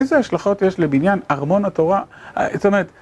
איזה השלכות יש לבניין ארמון התורה? זאת אומרת...